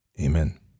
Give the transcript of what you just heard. Amen